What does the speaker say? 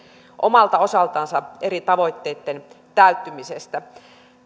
omalta osaltansa eri tavoitteitten täyttymisestä